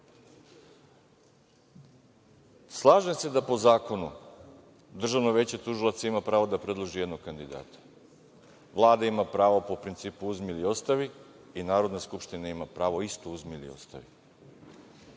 Slažem se da po zakonu Državno veće tužilaca ima pravo da predloži jednog kandidata, Vlada ima pravo po principu uzmi ili ostavi i Narodna skupština ima pravo isto uzmi ili ostavi. Ali,